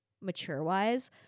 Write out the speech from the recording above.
Mature-wise